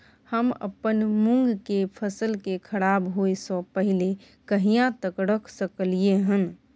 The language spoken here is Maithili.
हम अपन मूंग के फसल के खराब होय स पहिले कहिया तक रख सकलिए हन?